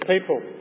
people